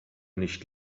nicht